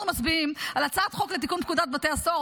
אנחנו מצביעים על הצעת חוק לתיקון פקודת בתי הסוהר,